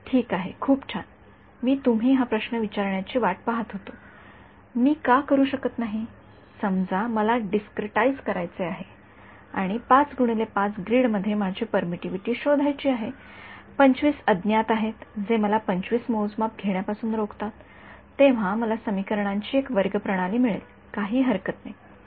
तर काय आहे ठीक आहे खूप छान मी तुम्ही हा प्रश्न विचारण्याची वाट पाहत होतो मी का करू शकत नाही समजा मला डिस्क्रेटीझे करायचे असल्यास आणि ५ x ५ ग्रीड मध्ये माझी परमिटिव्हिटी शोधायची आहे २५ अज्ञात आहेत जे मला २५ मोजमाप घेण्यापासून रोखतात तेव्हा मला समीकरणांची एक वर्ग प्रणाली मिळेल काही हरकत नाही विद्यार्थीः 20 ते 25 रिसिव्हर्स